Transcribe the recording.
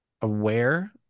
aware